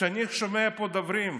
כשאני שומע פה דוברים,